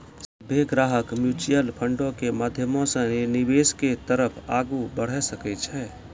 सभ्भे ग्राहक म्युचुअल फंडो के माध्यमो से निवेश के तरफ आगू बढ़ै सकै छै